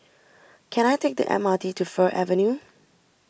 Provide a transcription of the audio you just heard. can I take the M R T to Fir Avenue